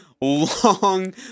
long